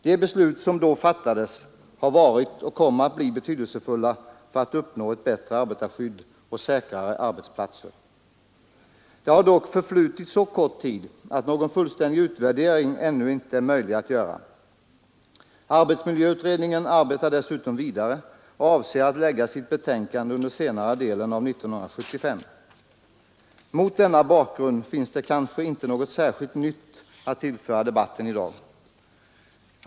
De beslut som då fattades har varit och kommer att bli betydelsefulla för att uppnå ett bättre arbetarskydd och säkrare arbetsplatser. Det har dock förflutit så kort tid att någon fullständig utvärdering ännu inte är möjlig att göra. Arbetsmiljöutredningen arbetar dessutom vidare och avser att lägga fram sitt betänkande under senare delen av 1975. Mot denna bakgrund finns det kanske inte något särskilt nytt att tillföra debatten i dag.